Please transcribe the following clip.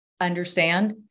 Understand